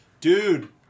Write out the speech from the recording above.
Dude